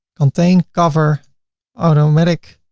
contain cover automatic,